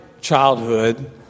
childhood